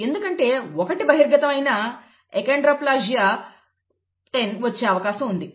ఎందుకంటే ఒకటి బహిర్గతం అయినా అకోండ్రోప్లాసియా వచ్చే అవకాశం ఉంది